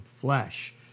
flesh